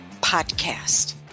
podcast